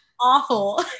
awful